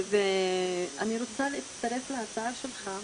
אני רוצה להצטרף להצעה שלך,